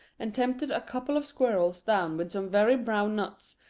and tempted a couple of squirrels down with some very brown nuts,